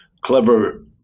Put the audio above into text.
Clever